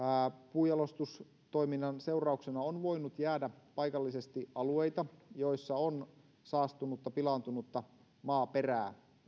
puunjalostustoiminnan seurauksena on voinut jäädä paikallisesti alueita joissa on saastunutta pilaantunutta maaperää